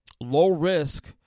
low-risk